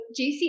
JC